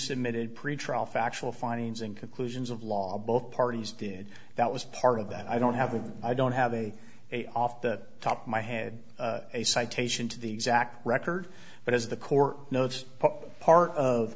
submitted pre trial factual findings and conclusions of law both parties did that was part of that i don't have a i don't have a day off the top of my head a citation to the exact record but as the court notes but part of